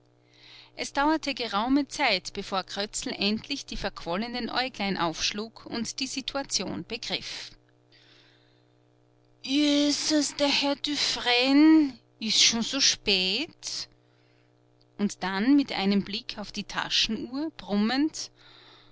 es dauerte geraume zeit bevor krötzl endlich die verquollenen aeuglein aufschlug und die situation begriff jessas der herr dufresne is schon so spät und dann mit einem blick auf die taschenuhr brummend